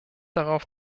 darauf